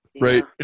right